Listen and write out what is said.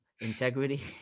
integrity